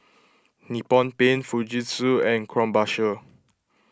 Nippon Paint Fujitsu and Krombacher